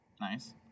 Nice